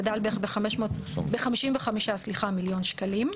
גדל בערך ב-55 מיליון שקלים.